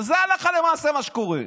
וזה הלכה למעשה מה שקורה.